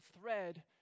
thread